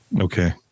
Okay